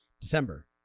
December